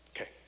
Okay